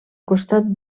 costat